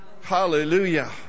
hallelujah